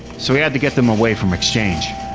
so we had to get them away from exchange.